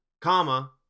comma